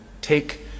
take